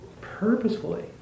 purposefully